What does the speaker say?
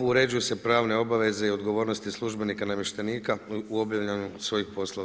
uređuju se pravne obaveze i odgovornosti službenika i namještenika u obavljanju svojih poslova.